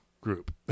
group